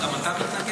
עכשיו גם אתה מתנגד?